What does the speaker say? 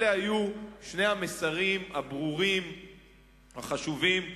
אלה היו שני המסרים הברורים, החשובים,